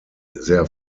their